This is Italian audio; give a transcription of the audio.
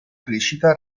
crescita